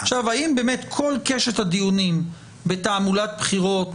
אני מבין שמדובר בהוראת שעה לבחירות